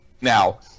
Now